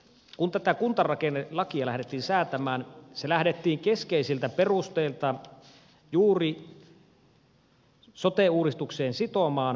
kun tätä kuntarakennelakia lähdettiin säätämään se lähdettiin keskeisiltä perusteilta juuri sote uudistukseen sitomaan